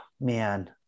man